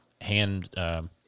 hand –